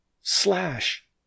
Slash